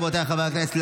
רבותיי חברי הכנסת,